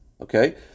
okay